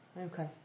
Okay